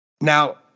Now